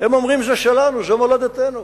הם אומרים: זה שלנו, זו מולדתנו.